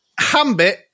Hambit